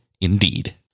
indeed